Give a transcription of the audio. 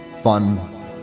fun